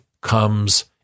comes